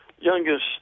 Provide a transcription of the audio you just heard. youngest